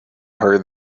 heard